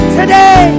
today